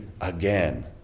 again